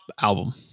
album